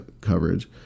coverage